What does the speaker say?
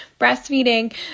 breastfeeding